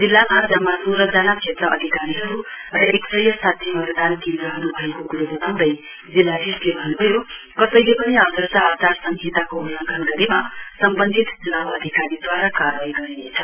जिल्लामा जम्मा सोह्रजना क्षेत्र अधिकारीहरू र एकसय साठी मतदान केन्द्रहरू भएको कुरो बताँउदै जिल्लाधीशले भन्नुभयो कसैले पनि आदर्श आचार संहिताको उल्लघन गरेमा सम्वन्धित चुनाउ अधिकारीद्वारा कार्वाई गरिनेछ